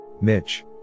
mitch